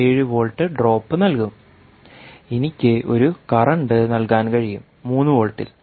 7 volt drop നൽകും എനിക്ക് ഒരു കറന്റ് നൽകാൻ കഴിയും 3 വോൾട്ടിൽ